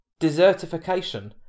Desertification